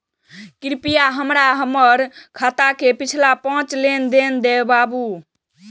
कृपया हमरा हमर खाता के पिछला पांच लेन देन दिखाबू